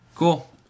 Cool